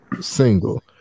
single